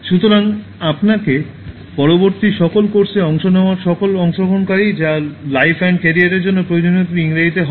সুতরাং আপনাকে পরবর্তী সকল কোর্সে অংশ নেওয়া সকল অংশগ্রহণকারী যা লাইফ অ্যান্ড ক্যারিয়ারের জন্য প্রয়োজনীয় ইংরেজিতে হবে